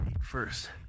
first